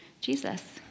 Jesus